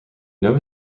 nova